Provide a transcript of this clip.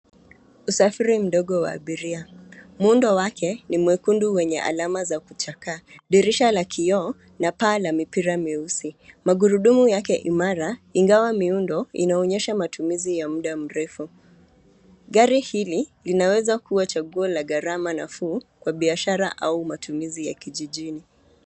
Usafiri mdogo wa abiria. Muundo wake ni mwekundu wenye alama za kuchakaa. Dirisha la kioo na paa la mipira meusi. Magurudumu yake imara ingawa miundo inaonyesha matumizi ya muda mrefu. Gari hili, linaweza kuwa chaguo la gharama nafuu kwa biashara au matumizi ya kijijini.